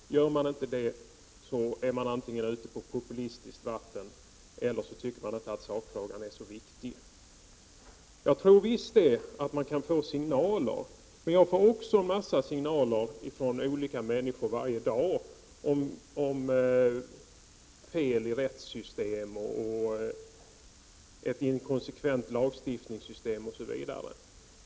Om man inte gör detta är man antingen ute på populistiskt vatten eller så anser man inte att sakfrågan är så viktig. Jag tror visst att man kan få signaler. Jag får också varje dag en mängd signaler från olika människor om fel i rättssystem och en inkonsekvent lagstiftning osv.